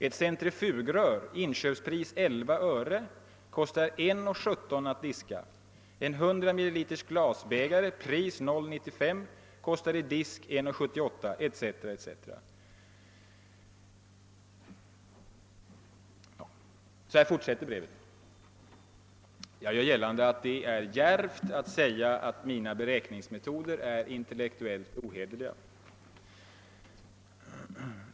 Ett centrifugrör, inköpspris 11 öre, kostar 1:17 att diska. En 100 ml. glasbägare, pris 0:95, kostar i disk 1:78» etc. Och så fortsätter brevet på samma sätt. Jag gör gällande att det är djärvt att säga att mina beräkningsmetoder är intellektuellt ohederliga.